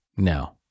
No